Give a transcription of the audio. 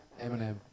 Eminem